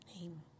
name